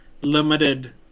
limited